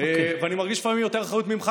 ואני מרגיש לפעמים יותר אחריות ממך,